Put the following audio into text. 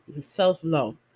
self-love